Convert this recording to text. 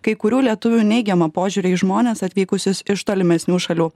kai kurių lietuvių neigiamą požiūrį į žmones atvykusius iš tolimesnių šalių